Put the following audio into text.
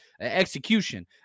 execution